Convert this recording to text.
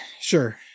sure